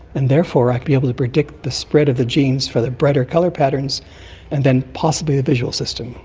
and therefore i'd be able to predict the spread of the genes for the brighter colour patterns and then possibly the visual system.